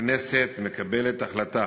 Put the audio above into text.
הכנסת מקבלת החלטה